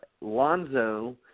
Lonzo